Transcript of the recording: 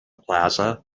plaza